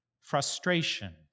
Frustration